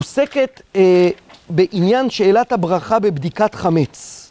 ‫פוסקת בעניין שאלת הברכה ‫בבדיקת חמץ.